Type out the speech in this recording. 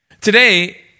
Today